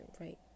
right